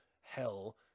hell